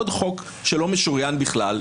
עוד חוק שלא משוריין בכלל,